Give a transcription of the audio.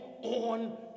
on